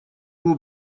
его